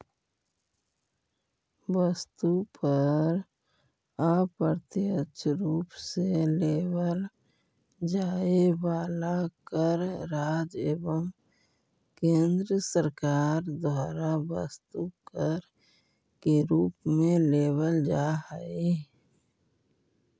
वस्तु पर अप्रत्यक्ष रूप से लेवल जाए वाला कर राज्य एवं केंद्र सरकार द्वारा वस्तु कर के रूप में लेवल जा हई